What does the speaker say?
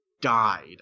died